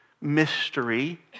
mystery